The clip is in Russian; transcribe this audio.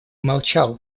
молчал